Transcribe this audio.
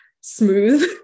smooth